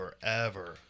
forever